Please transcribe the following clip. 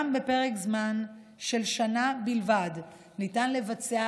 גם בפרק זמן של שנה בלבד ניתן לבצע